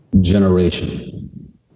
generation